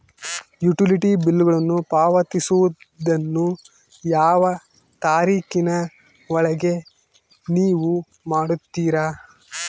Utility ಬಿಲ್ಲುಗಳನ್ನು ಪಾವತಿಸುವದನ್ನು ಯಾವ ತಾರೇಖಿನ ಒಳಗೆ ನೇವು ಮಾಡುತ್ತೇರಾ?